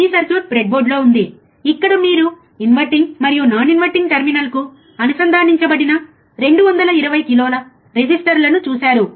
ఈ సర్క్యూట్ బ్రెడ్బోర్డులో ఉంది ఇక్కడ మీరు ఇన్వర్టింగ్ మరియు నాన్ ఇన్వర్టింగ్ టెర్మినల్కు అనుసంధానించబడిన 220 k రెసిస్టర్లను చూశారు